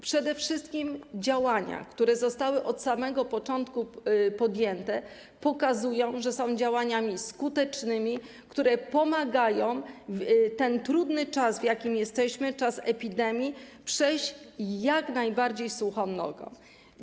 Przede wszystkim działania, które zostały od samego początku podjęte, pokazują, że są działaniami skutecznymi, które pomagają przez ten trudny czas, w jakim jesteśmy, czas epidemii, przejść jak najbardziej suchą nogą.